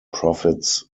profits